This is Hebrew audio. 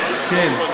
גם מרצ, כן.